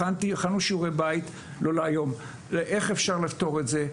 הכנו שיעורי בית איך אפשר לפתור את זה.